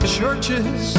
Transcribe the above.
churches